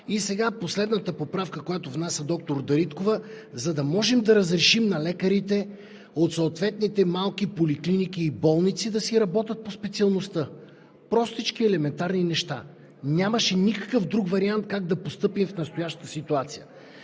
и сега, последната поправка, която внася доктор Дариткова, за да можем да разрешим на лекарите от съответните малки поликлиники и болници да си работят по специалността. Простички, елементарни неща. Нямаше никакъв друг вариант как да постъпим в настоящата ситуация.